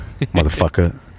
motherfucker